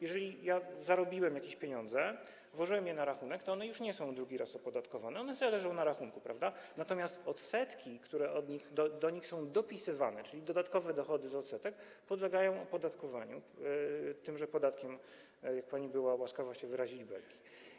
Jeżeli zarobiłem jakieś pieniądze i włożyłem je na rachunek, to one już nie są drugi raz opodatkowane, one sobie leżą na rachunku, natomiast odsetki, które do nich są dopisywane, czyli dodatkowe dochody z odsetek, podlegają opodatkowaniu tymże podatkiem, jak pani była łaskawa się wyrazić, Belki.